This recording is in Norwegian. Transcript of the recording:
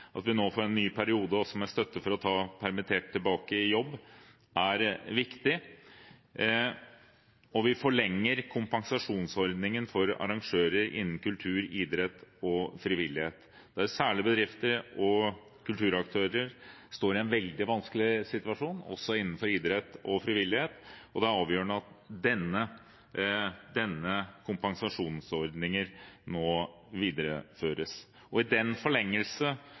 at vi nå får en ny periode med støtte for å ta permitterte tilbake i jobb. Vi forlenger kompensasjonsordningen for arrangører innen kultur, idrett og frivillighet, der særlig bedrifter og kulturaktører står i en veldig vanskelig situasjon innenfor idrett og frivillighet. Det er avgjørende at denne kompensasjonsordningen nå videreføres. I den forlengelsen er vi fra Venstre både enig i og glad for den